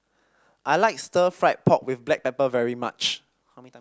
I like Stir Fried Pork with Black Pepper very much